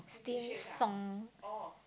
steam song